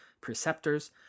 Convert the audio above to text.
preceptors